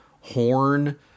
horn